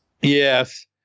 Yes